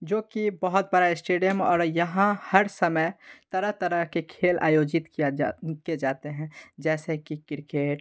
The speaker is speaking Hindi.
जो कि बहुत बड़ा स्टेडियम और यहाँ हर समय तरह तरह के खेल आयोजित किया किए जाते हैं जैसे कि क्रिकेट